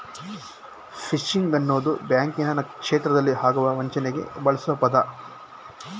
fishing ಅನ್ನೋದು ಬ್ಯಾಂಕಿನ ಕ್ಷೇತ್ರದಲ್ಲಿ ಆಗುವ ವಂಚನೆಗೆ ಬಳ್ಸೊ ಪದ